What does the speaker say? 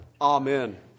Amen